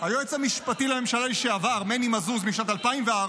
היועץ המשפטי לממשלה לשעבר מני מזוז משנת 2004,